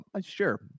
Sure